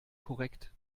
korrekt